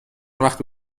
وقتی